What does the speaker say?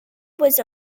was